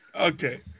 Okay